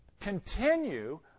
continue